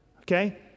okay